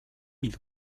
mille